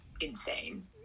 insane